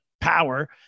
power